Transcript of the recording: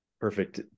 perfect